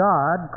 God